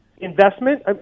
Investment